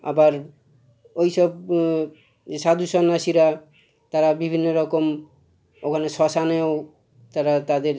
আবার ওই সব যে সাধু সন্ন্যাসীরা তারা বিভিন্ন রকম ওখানে শ্মশানেও তারা তাদের